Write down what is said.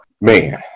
man